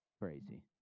Crazy